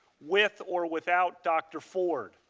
with or without dr. ford.